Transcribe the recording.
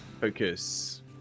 Focus